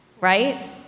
right